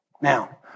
Now